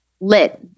Lit